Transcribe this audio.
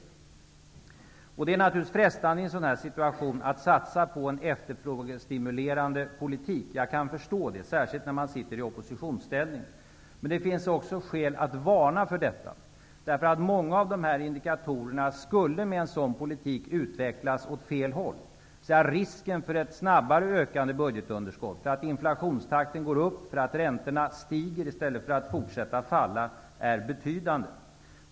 I en sådan här situation är det naturligtvis frestande att satsa på en efterfrågestimulerande politik. Jag kan förstå det, särskilt när man sitter i oppositionsställning. Men det finns skäl att varna för detta, därför att många av dessa indikatorer skulle med en sådan politik utvecklas åt fel håll. Risken för ett snabbare ökande budgetunderskott, för att inflationstakten går upp, för att räntorna stiger i stället för att fortsätta att falla är betydande.